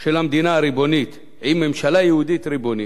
של המדינה הריבונית, עם ממשלה יהודית ריבונית,